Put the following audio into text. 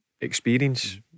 experience